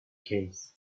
case